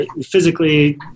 physically